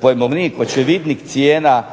pojmovnik, očevidnik cijena